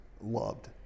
loved